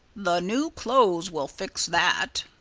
the new clothes will fix that,